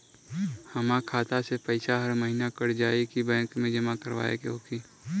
हमार खाता से पैसा हर महीना कट जायी की बैंक मे जमा करवाए के होई?